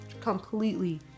completely